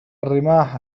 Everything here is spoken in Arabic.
الرماح